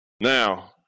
Now